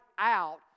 out